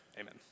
amen